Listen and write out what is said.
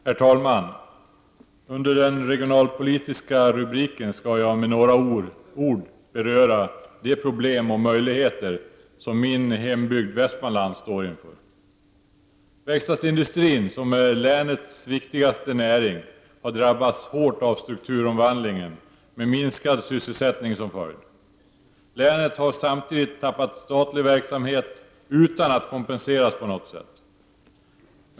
Herr talman! Under den regionalpolitiska rubriken skall jag med några ord beröra både de problem och de möjligheter som min hembygd Västmanland står inför. Verkstadsindustrin, som är länets viktigaste näring, har drabbats hårt av strukturomvandlingen med minskad sysselsättning som följd. Länet har samtidigt tappat statlig verksamhet utan att kompenseras på något sätt.